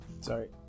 Sorry